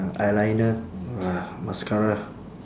eyeliner uh mascara